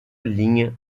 linha